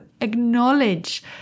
acknowledge